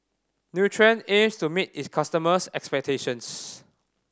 Nutren aims to meet its customers' expectations